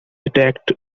attacked